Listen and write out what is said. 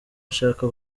nshaka